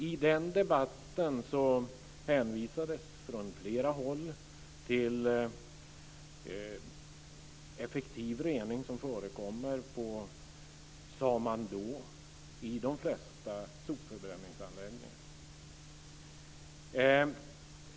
I den debatten hänvisades från flera håll till effektiv rening som förekommer - sade man då - i de flesta sopförbränningsanläggningar.